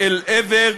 אל עבר